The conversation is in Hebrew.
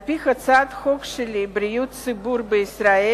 על-פי הצעת החוק שלי, בריאות הציבור בישראל,